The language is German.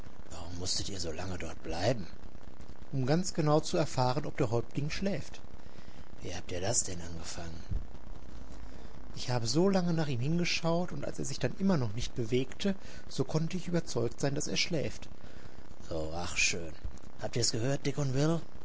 warum mußtet ihr so lange dort bleiben um ganz genau zu erfahren ob der häuptling schläft wie habt ihr das denn angefangen ich habe so lange nach ihm hingeschaut und als er sich dann immer noch nicht bewegte so konnte ich überzeugt sein daß er schläft so ach schön habt ihr's gehört dick und will